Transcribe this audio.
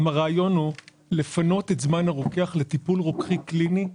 הרעיון הוא שהרוקח יתעסק יותר בטיפול רוקחי קליני,